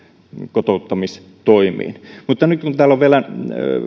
kotouttamistoimiin nyt kun täällä on vielä